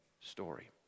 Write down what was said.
story